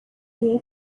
from